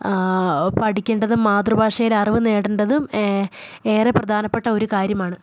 പഠിക്കേണ്ടതും മാതൃഭാഷയിൽ അറിവു നേടേണ്ടതും ഏറെ പ്രധാനപ്പെട്ട ഒരു കാര്യമാണ്